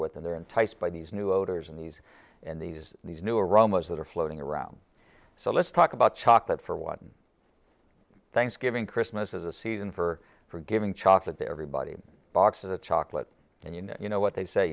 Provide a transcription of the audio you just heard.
and they're enticed by these new odors and these and these these new aromas that are floating around so let's talk about chocolate for one thanksgiving christmas is a season for forgiving chocolate the everybody box of the chocolate and you know you know what they say